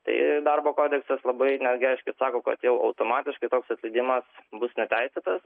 tai darbo kodeksas labai netgi aiškiai sako kad jau automatiškai toks atleidimas bus neteisėtas